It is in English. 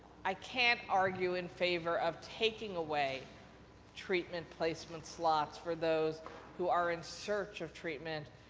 i can't argue in favor of taking away treatment place machine slots for those who are in search of treatment,